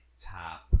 top